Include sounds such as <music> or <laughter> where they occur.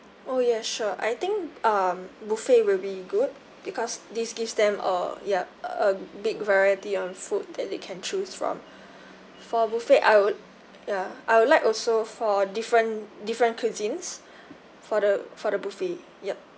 oh yeah sure I think um buffet will be good because this gives them err yup a big variety of food that they can choose from for buffet I would ya I would like also for different different cuisines <breath> for the for the buffet yup